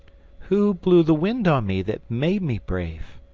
who blew the wind on me that made me brave?